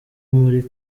muri